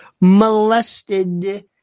molested